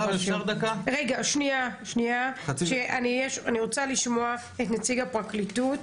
אני רוצה לשמוע את נציג הפרקליטות.